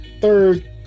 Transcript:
Third